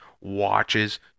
watches